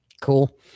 Cool